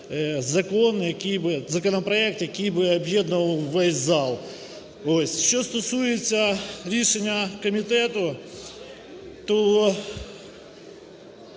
законопроект, який би об'єднував весь зал. Ось. Що стосується рішення комітету, то…